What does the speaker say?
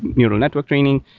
neural network training.